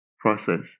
process